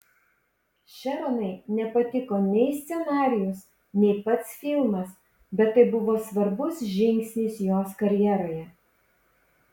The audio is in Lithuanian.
šeronai nepatiko nei scenarijus nei pats filmas bet tai buvo svarbus žingsnis jos karjeroje